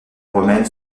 romaine